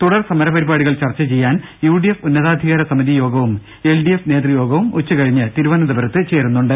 തുടർ സമര പരിപാടികൾ ചർച്ച ചെയ്യാൻ യു ഡി എഫ് ഉന്നതാധികാരസമിതി യോഗവും എൽ ഡി എഫ് നേതൃയോഗവും ഉച്ചകഴിഞ്ഞ് തിരുവനന്തപുരത്ത് ചേരുന്നുണ്ട്